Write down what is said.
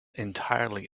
entirely